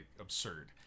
absurd